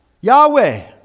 Yahweh